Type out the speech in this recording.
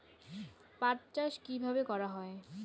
পাট চাষ কীভাবে করা হয়?